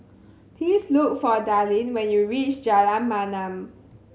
please look for Dallin when you reach Jalan Mamam